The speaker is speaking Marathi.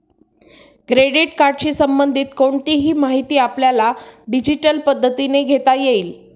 क्रेडिट कार्डशी संबंधित कोणतीही माहिती आपल्याला डिजिटल पद्धतीने घेता येईल